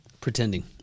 pretending